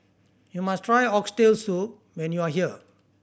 you must try Oxtail Soup when you are here